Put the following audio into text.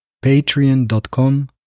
patreon.com